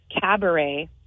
cabaret